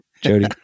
Jody